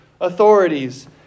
authorities